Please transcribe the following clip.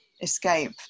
escape